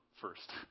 first